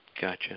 Gotcha